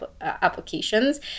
applications